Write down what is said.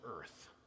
Earth